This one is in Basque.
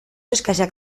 exkaxak